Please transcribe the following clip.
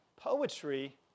Poetry